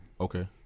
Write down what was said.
Okay